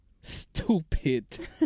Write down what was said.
stupid